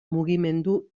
mugimendu